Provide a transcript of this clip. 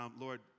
Lord